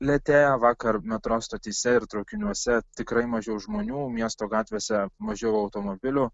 lėtėja vakar metro stotyse ir traukiniuose tikrai mažiau žmonių miesto gatvėse mažiau automobilių